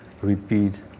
repeat